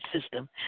system